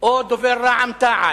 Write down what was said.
או דובר רע"ם-תע"ל,